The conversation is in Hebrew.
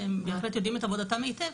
שהם בהחלט יודעים את עבודתם היטב.